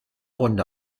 runde